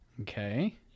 Okay